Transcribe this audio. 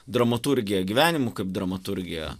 dramaturgija gyvenimu kaip dramaturgija